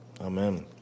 Amen